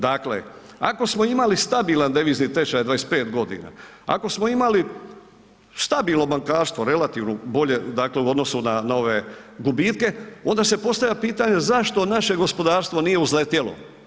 Dakle ako smo imali stabilan devizni tečaj 25 godina, ako smo imali stabilno bankarstvo relativno bolje u odnosu na ove gubitke, onda se postavlja pitanje zašto naše gospodarstvo nije uzletjelo?